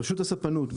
רשות הספנות.